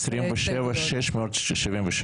--- 26,000 הסתייגויות.